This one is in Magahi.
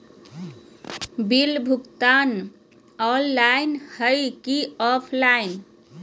बिल भुगतान ऑनलाइन है की ऑफलाइन?